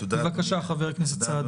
בבקשה, חבר הכנסת סעדי.